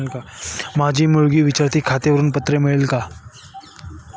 मला मागील वर्षाचे खाते विवरण पत्र मिळेल का?